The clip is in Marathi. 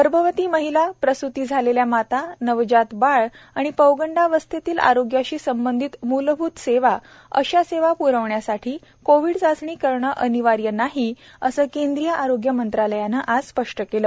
गर्भवती महिला प्रसृती झालेल्या माता नवजात बाळ आणि पौगंडावस्थेतील आरोग्याशी संबंधित मूलभूत सेवा अशा सेवा प्रवण्यासाठी कोविड चाचणी करणे अनिवार्य नाही असं केंद्रीय आरोग्य मंत्रालयाने आज स्पष्ट केलं